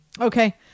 Okay